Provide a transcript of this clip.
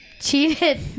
cheated